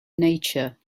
nature